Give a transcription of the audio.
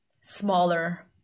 smaller